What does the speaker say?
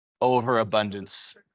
Overabundance